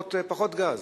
פחות גז.